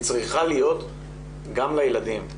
והיא צריכה להיות גם לילדים.